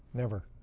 never.